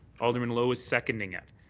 alderman lowe is seconding it.